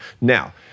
Now